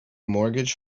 mortgage